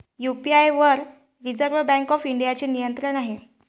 UPI वर reserve bank of इंडियाचे नियंत्रण आहे